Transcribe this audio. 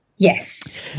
Yes